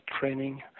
training